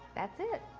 that's it.